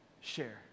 share